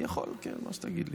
אני יכול, כן, מה שתגיד לי.